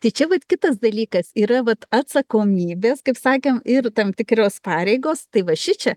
tai čia vat kitas dalykas yra vat atsakomybės kaip sakėm ir tam tikros pareigos tai va šičia